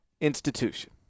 institution